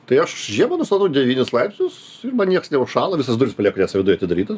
tai aš žiemą nustatau devynis laipsnius ir man nieks neužšąla visas duris palieku tiesa viduj atidarytas